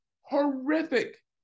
horrific